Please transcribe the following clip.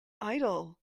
idol